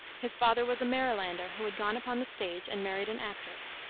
his father was a marylander who had gone upon the stage and married an actress,